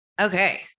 Okay